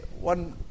one